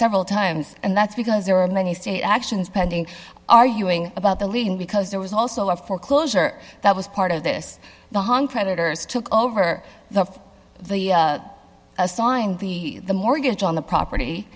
several times and that's because there are many state actions pending are you doing about the leaving because there was also a foreclosure that was part of this the hung creditors took over the of the assigned the the mortgage on the property